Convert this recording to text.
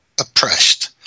oppressed